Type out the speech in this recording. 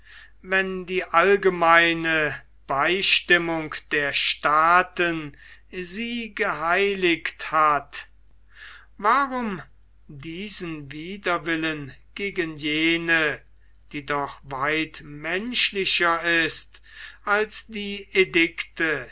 wenn die allgemeine beistimmung der staaten sie geheiligt hat warum diesen widerwillen gegen jene die doch weit menschlicher ist als die